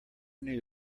new